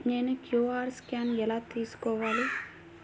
నేను QR scan ఎలా తీసుకోవాలి?